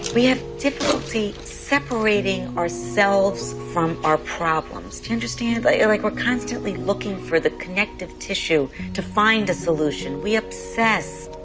we have difficulty separating ourselves from our problems. do you understand? but like, we're constantly looking for the connective tissue to find a solution. we obsess.